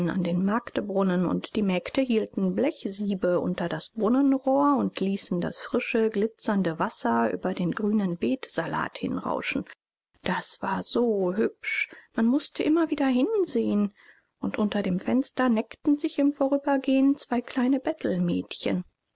an den marktbrunnen und die mägde hielten blechsiebe unter das brunnenrohr und ließen das frische glitzernde wasser über den grünen beetsalat hinrauschen das war so hübsch man mußte immer wieder hinsehen und unter dem fenster neckten sich im vorübergehen zwei kleine